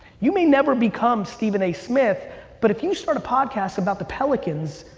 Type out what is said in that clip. you may never become stephen a. smith but if you start a podcast about the pelicans,